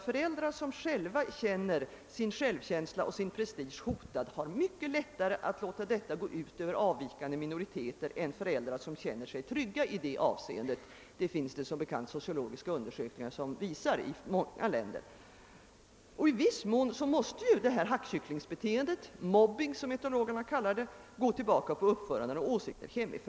Föräldrar som känner sin självkänsla och sin prestige hotade, har mycket lättare att låta detta gå ut över avvikande minoriteter, än föräldrar som känner sig trygga i det avseendet — det visar sociologiska undersökningar i många länder. I viss mån måste hackkycklingbeteendet — mobbing, som etologerna kallar det — gå tillbaka på uppförande och åsikter i hemmen.